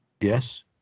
Yes